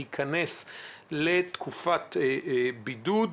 להיכנס לתקופת בידוד.